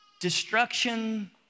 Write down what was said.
Destruction